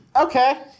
okay